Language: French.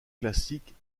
classiques